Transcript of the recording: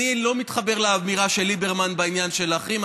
אני לא מתחבר לאמירה של ליברמן בעניין להחרים.